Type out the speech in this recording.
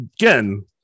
again